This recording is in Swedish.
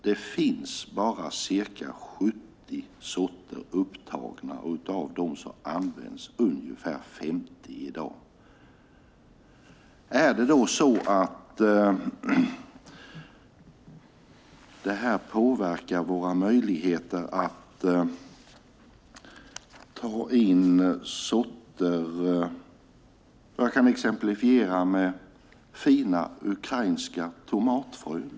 Det finns bara ca 70 sorter upptagna, och av dem används ungefär 50 i dag. Är det då så att detta påverkar våra möjligheter att ta in olika sorter? Jag kan exemplifiera med fina ukrainska tomatfrön.